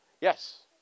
Yes